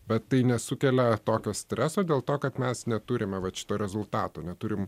bet tai nesukelia tokio streso dėl to kad mes neturime vat šito rezultato neturim